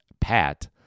pat